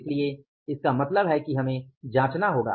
इसलिए इसका मतलब है कि हमें जांचना होगा